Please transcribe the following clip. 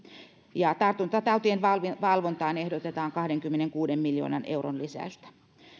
ja tartuntatautien valvontaan ehdotetaan kahdenkymmenenkuuden miljoonan euron lisäystä